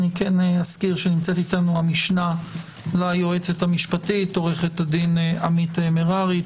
אזכיר שנמצאת איתנו המשנה ליועצת המשפטית עורכת הדין עמית מררי,